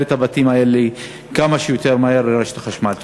את הבתים האלה כמה שיותר מהר לרשת החשמל.